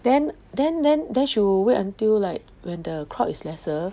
then then then then she will wait until like when the crowd is lesser